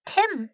Tim